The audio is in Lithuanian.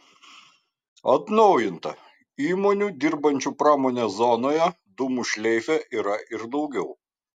atnaujinta įmonių dirbančių pramonės zonoje dūmų šleife yra ir daugiau